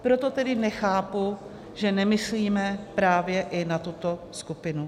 Proto tedy nechápu, že nemyslíme právě i na tuto skupinu.